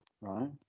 Right